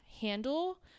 handle